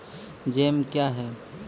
Jam क्या हैं?